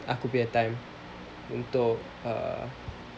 aku punya time untuk uh